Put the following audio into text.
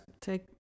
take